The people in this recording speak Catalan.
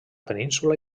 península